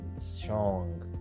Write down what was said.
strong